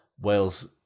Wales